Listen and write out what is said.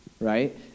right